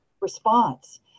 response